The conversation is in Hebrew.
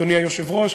אדוני היושב-ראש,